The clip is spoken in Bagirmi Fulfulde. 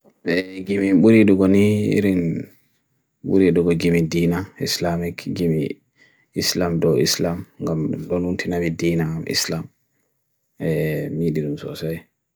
Miɗo yiɗi hotoore e mbaawi. Hotoore ngal miɗo yiɗi ko ɗum njama e soodi kadi, tawa ɗum njama ko njangooji fow e hotoore ngal.